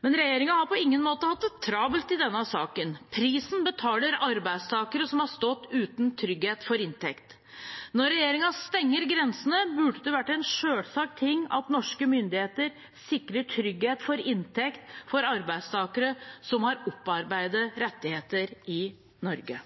Men regjeringen har på ingen måte hatt det travelt i denne saken. Prisen betaler arbeidstakere som har stått uten trygghet for inntekt. Når regjeringen stenger grensene, burde det vært selvsagt at norske myndigheter sikrer trygghet for inntekt for arbeidstakere som har opparbeidet rettigheter i Norge.